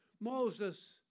Moses